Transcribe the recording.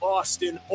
Austin